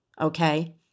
okay